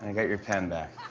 and got your pen back.